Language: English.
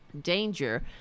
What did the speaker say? danger